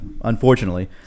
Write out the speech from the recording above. unfortunately